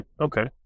okay